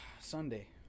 Sunday